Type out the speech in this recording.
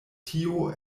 tio